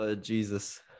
Jesus